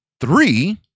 three